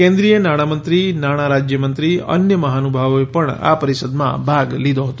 કેન્દ્રીય નાણાંમંત્રી નાણાંરાજ્ય મંત્રી અન્ય મહાનુભાવોએ પણ આ પરિષદમાં ભાગ લીધો હતો